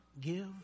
give